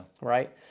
right